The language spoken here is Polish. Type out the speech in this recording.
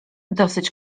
dosyć